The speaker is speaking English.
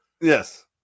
Yes